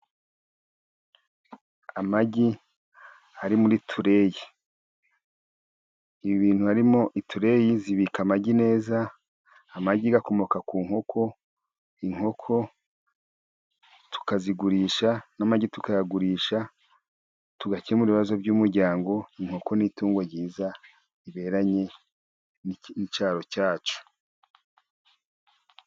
Amagi ari muri tureyi, ibintu harimo tureyi zibika amagi neza. Amagi akomoka ku nkoko, inkoko tukazigurisha n'amagi tukayagurisha, tugakemura ibibazo by'umuryango. Inkoko ni itungo ryiza riberanye n'icyaro cyacu.